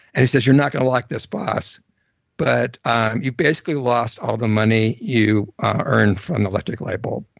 and he says you're not going to like this boss but you basically lost all the money you earned from the electric light bulb